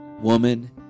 woman